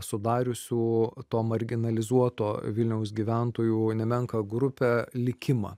sudariusių to marginalizuoto vilniaus gyventojų nemenką grupę likimą